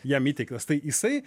jam įteiktas tai jisai